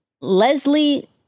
Leslie